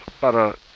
para